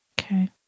Okay